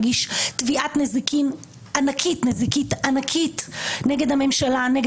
העברית שהתפרסם לאחרונה מראה את הריסוק במערכת המשפט הקבוע והשיטתי